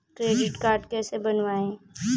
Credit card कैसे बनवाएँ?